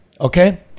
okay